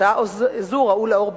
ובהוצאה זו ראו אור,